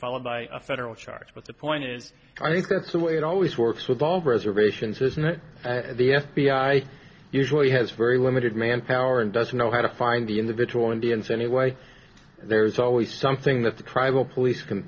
followed by a federal charge but the point is i think that's the way it always works with all reservations is the f b i usually has very limited manpower and doesn't know how to find the individual indians anyway there's always something that the tribal police can